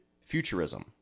futurism